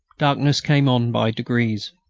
darkness came on by degrees.